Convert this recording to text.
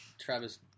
Travis